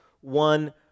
one